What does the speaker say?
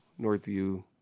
Northview